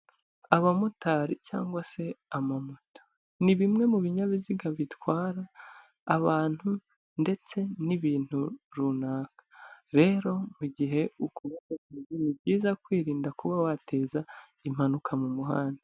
Abamotari cyangwa se amamoto ni bimwe mu binyabiziga bitwara abantu ndetse n'ibintu runaka, rero mu gihe ukora ako kazi ni byiza kwirinda kuba wateza impanuka mu muhanda.